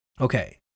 okay